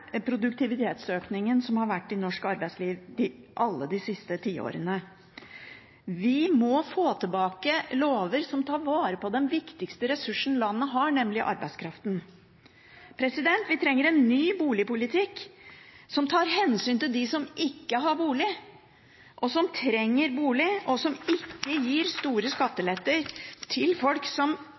produktivitetsøkningen som har vært i norsk arbeidsliv de siste tiårene. Vi må få tilbake lover som tar vare på den viktigste ressursen landet har, nemlig arbeidskraften. Vi trenger en ny boligpolitikk som tar hensyn til dem som ikke har bolig, som trenger bolig, og som ikke gir store skatteletter til folk som